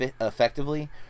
effectively